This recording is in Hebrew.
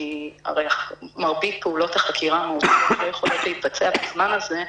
כי מרבית פעולות החקירה המהותיות לא יכולות להתבצע בזמן הזה.